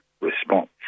response